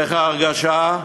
איך ההרגשה?